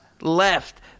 left